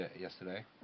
yesterday